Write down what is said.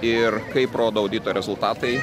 ir kaip rodo audito rezultatai